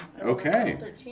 Okay